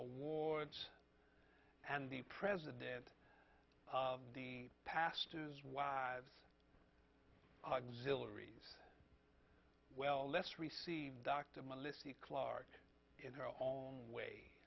awards and the president of the pastor's wives auxilary as well let's receive dr melissa clark in her own way